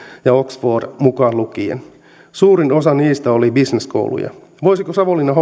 ja oxford mukaan lukien suurin osa niistä on bisneskouluja voisiko savonlinna